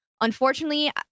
Unfortunately